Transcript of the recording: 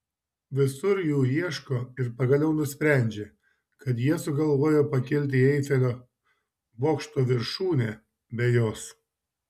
visur jų ieško ir pagaliau nusprendžia kad jie sugalvojo pakilti į eifelio bokšto viršūnę be jos